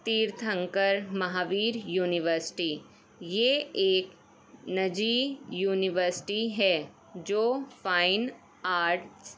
Tirthankara Mahaveer university یہ ایک نجی یونیورسٹی ہے جو فائن آرٹس